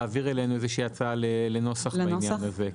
להעביר אלינו איזושהי הצעה לנוסח בעניין הזה.